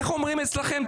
איך אומרים אצלכם?